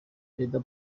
perezida